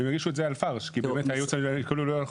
הם יגישו את זה על פארש, כי הייעוץ הזה לא נכון.